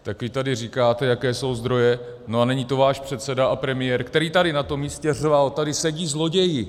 Tak vy tady říkáte, jaké jsou zdroje, no a není to váš předseda a premiér, který tady na tom místě řval: Tady sedí zloději!